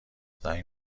زنگ